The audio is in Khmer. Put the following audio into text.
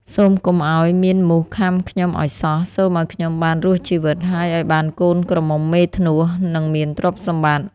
សូមកុំឲ្យមានមូសខាំខ្ញុំឲ្យសោះ សូមឲ្យខ្ញុំបានរស់ជីវិត ហើយឲ្យបានកូនក្រមុំមេធ្នស់ និងមានទ្រព្យសម្បត្តិ។